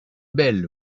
belles